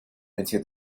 until